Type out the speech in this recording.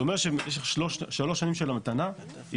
זה אומר במשך שלוש שנים של המתנה היא